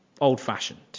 old-fashioned